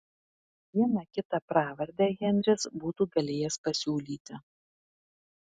vieną kitą pravardę henris būtų galėjęs pasiūlyti